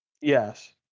Yes